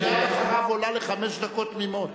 את מייד אחריו עולה לחמש דקות תמימות.